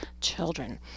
children